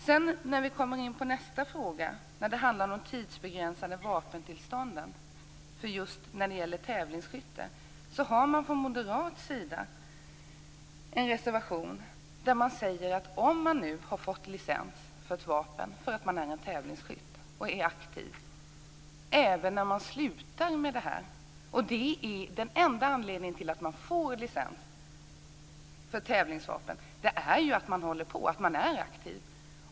Sedan kommer vi in på nästa fråga, som handlar om de tidsbegränsade vapentillstånden för tävlingsskytte. Från moderat sida har man en reservation där man berör detta med att någon har fått licens för ett vapen därför att han eller hon är aktiv tävlingsskytt. Den enda anledningen till att man får licensen är att man är aktiv.